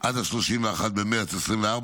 עד 31 במרץ 2024,